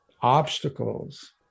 obstacles